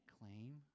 claim